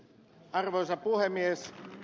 arvoisa puhemies